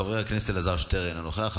חבר הכנסת אלעזר שטרן, אינו נוכח.